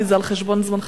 כי זה על חשבון זמנך,